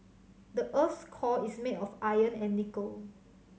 the earth's core is made of iron and nickel